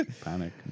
panic